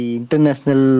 international